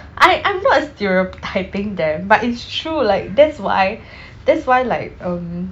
I I'm not stereotyping them but it's true like that's why that's why like um